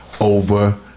over